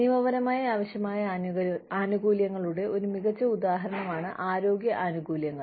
നിയമപരമായി ആവശ്യമായ ആനുകൂല്യങ്ങളുടെ ഒരു മികച്ച ഉദാഹരണമാണ് ആരോഗ്യ ആനുകൂല്യങ്ങൾ